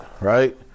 right